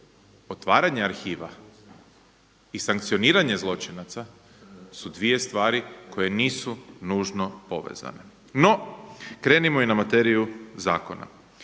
Otvaranje arhiva i sankcioniranje zločinaca su dvije stvari koje nisu nužno povezane. No, krenimo i na materiju zakona.